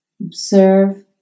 observe